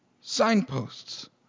Signposts